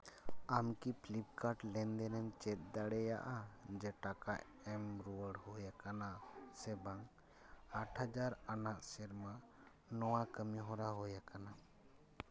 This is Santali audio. ᱟᱢ ᱠᱤ ᱯᱷᱤᱞᱤᱯᱠᱟᱨᱴ ᱞᱮᱱ ᱫᱮᱱᱮᱢ ᱪᱮᱫ ᱫᱟᱲᱮᱭᱟᱜᱼᱟ ᱡᱮ ᱴᱟᱠᱟ ᱮᱢ ᱨᱩᱣᱟᱹᱲ ᱦᱩᱭ ᱟᱠᱟᱱᱟ ᱥᱮ ᱵᱟᱝ ᱟᱴ ᱦᱟᱡᱟᱨ ᱟᱱᱟᱜ ᱥᱮᱨᱢᱟ ᱱᱚᱣᱟ ᱠᱟᱹᱢᱤᱦᱚᱨᱟ ᱦᱩᱭ ᱟᱠᱟᱱᱟ